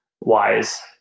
wise